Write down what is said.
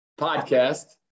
podcast